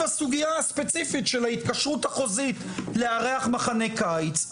הסוגייה הספציפית של ההתקשרות החוזית לארח מחנה קיץ,